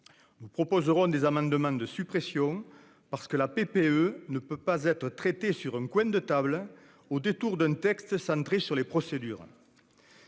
Nous proposerons des amendements de suppression de ces dispositions, car la PPE ne peut être traitée sur un coin de table, au détour d'un texte centré sur les procédures.